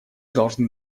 должны